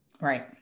Right